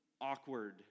awkward